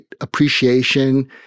appreciation